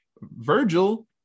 Virgil